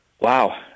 wow